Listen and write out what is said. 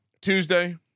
Tuesday